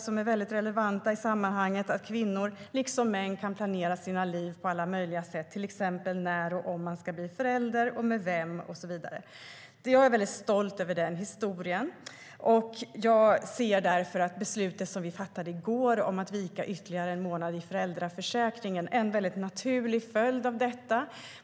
Dessa är väldigt relevanta i sammanhanget och gör att kvinnor liksom män kan planera sina liv på alla möjliga sätt, till exempel när och om man ska bli förälder, med vem och så vidare. Jag är väldigt stolt över denna historia, och jag anser att det beslut som vi fattade i går om att vika ytterligare en månad i föräldraförsäkringen är en naturlig följd av den.